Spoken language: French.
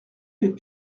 deux